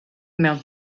mewn